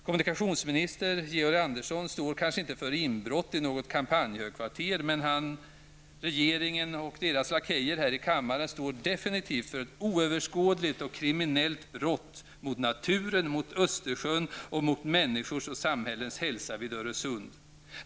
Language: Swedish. Kommunikationsminister Georg Andersson står kanske inte för inbrott i något kampanjhögkvarter, men han, regeringen och deras lakejer här i kammaren står definitivt för ett oöverskådligt och kriminellt brott mot naturen, mot Östersjön och mot människors och samhällens hälsa vid Öresund.